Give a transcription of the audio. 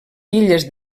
illes